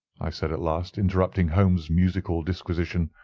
i said at last, interrupting holmes' musical disquisition.